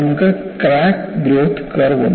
നമുക്ക് crack growth curve ഉണ്ട്